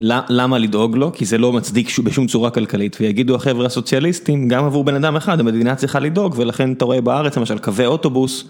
למה לדאוג לו, כי זה לא מצדיק בשום צורה כלכלית, ויגידו החבר'ה הסוציאליסטים, גם עבור בן אדם אחד, המדינה צריכה לדאוג ולכן אתה רואה בארץ למשל קווי אוטובוס.